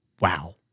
Wow